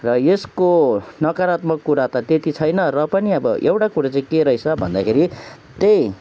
यसको नकारात्मक कुरा त त्यति छैन र पनि अब एउटा कुरो चाहिँ के रहेछ भन्दाखेरि त्यही